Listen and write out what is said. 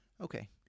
Okay